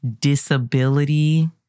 disability